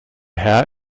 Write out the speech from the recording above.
herr